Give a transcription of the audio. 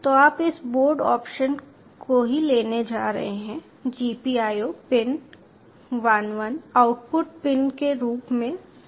तो आप इस बोर्ड ऑप्शन को ही लेने जा रहे हैं GPIO पिन 11 आउटपुट पिन के रूप में सेटअप है